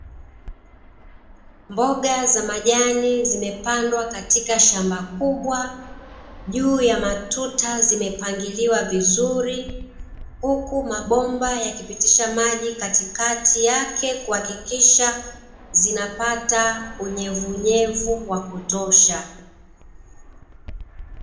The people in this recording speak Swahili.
Mboga za majani zimepandwa katika shamba kubwa, juu ya matuta zimepangiliwa vizuri, huku mabomba yakipitisha maji katikati yake kuhakikisha zinapata unyevuunyevu wa kutosha.